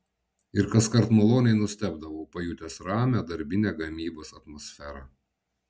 ir kaskart maloniai nustebdavau pajutęs ramią darbinę gamybos atmosferą